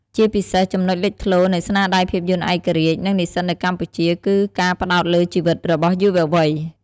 ជាពិសេស ចំណុចលេចធ្លោនៃស្នាដៃភាពយន្តឯករាជ្យ និងនិស្សិតនៅកម្ពុជា គឺ ការផ្តោតលើជីវិតរបស់យុវវ័យ។